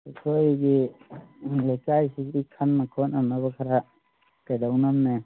ꯑꯩꯈꯣꯏꯒꯤ ꯂꯩꯀꯥꯏꯁꯤꯒꯤ ꯈꯟꯅ ꯈꯣꯠꯅꯅꯕ ꯈꯔ ꯀꯩꯗꯧꯅꯝꯅꯦ